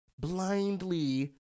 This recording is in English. blindly